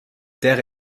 terre